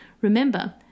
Remember